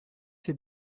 ces